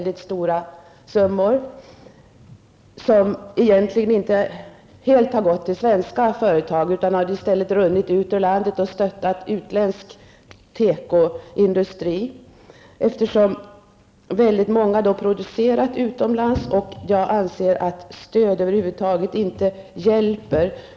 Dessa pengar har inte gått enbart till svenska företag, utan de har i stället runnit ut ur landet och stöttat utländsk tekoindustri, eftersom väldigt många företag producerat utomlands. Jag anser att stöd över huvud taget inte hjälper.